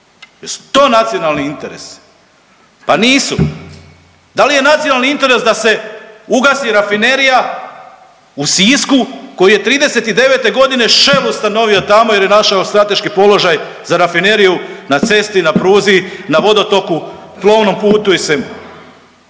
to nacionalni interesi? Pa nisu. Da li je nacionalni interes da se ugasi rafinerija u Sisku koji je trideset i devete godine …/Govornik se ne razumije./… ustanovio tamo jer je našao strateški položaj za rafineriju na cesti, na pruzi, na vodotoku, plovnom putu i svima.